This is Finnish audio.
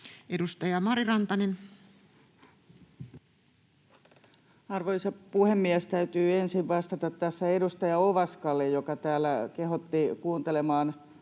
Time: 18:17 Content: Arvoisa puhemies! Täytyy ensin vastata tässä edustaja Ovaskalle, joka täällä kehotti kuuntelemaan